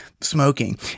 smoking